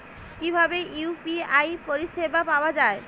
কিভাবে ইউ.পি.আই পরিসেবা পাওয়া য়ায়?